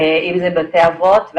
למשל בבתי אבות,